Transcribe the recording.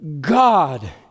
God